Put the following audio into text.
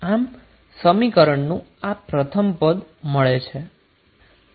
આમ સમીકરણનું આ પ્રથમ પદ મળે છે